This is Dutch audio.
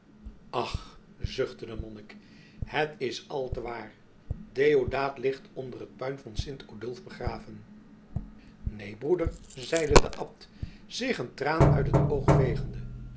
ach zuchtte de monnik het is al te waar deodaat ligt onder het puin van sint odulf begraven neen broeder zeide de abt zich een traan uit het oog vegende